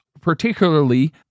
particularly